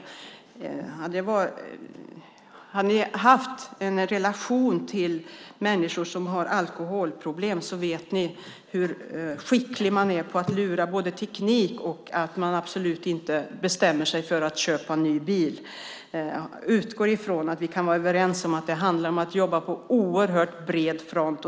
Hade ni haft en relation till människor som har alkoholproblem vet ni hur skickliga de är både på att lura teknik och med att bestämma sig för att inte köpa ny bil. Jag utgår från att vi kan vara överens om att det handlar om att jobba på oerhört bred front.